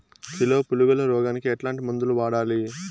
Kilo పులుగుల రోగానికి ఎట్లాంటి మందులు వాడాలి?